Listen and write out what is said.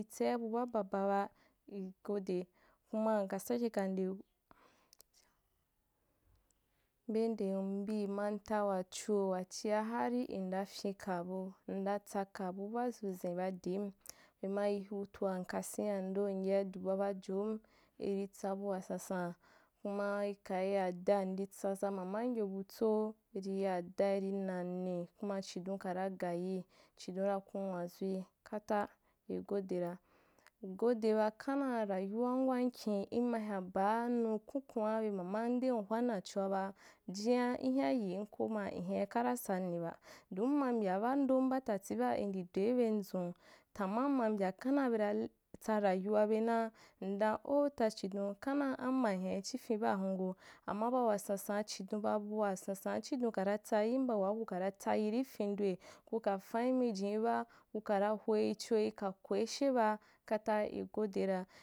Itsai bu baa baba ba igode kuma nka sake ka nde-- be ndem bi manta wachuho wachia hanî nda fyinka bu, ndatsaka bu baa zuzin ba dim bema yi hutua ndi kasen yando ndi yaidu babajom, iritsa bua sansan kuma ikaì ya da ndi tsaza mamanyo butsa irì ya da irî nane kuma chidon kara gayiu chidon ra kuu uwazui kata, igodere, ngode ba khannga akayuwam wankin, in ma hyan ban nu kunkun’a abe manadem hwa nachoa ba, jiŋa nhya yim ko ma inhyai karasaui ba, don mma mbya bando baa tati ba ludi doi ben zun, tama uma mbya khendea bera tsa rayuwabe naa, ndaa oh ta chidon, khandea amma hya chifin baa hun wo, amma ba wasansan chidon, ba bua sansan chidon kara tsayim ba wa uka tsayi rî fendoi kuka fanim jim ba, kukara noicho, ikakoiisheba kata igodera.